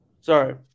Sorry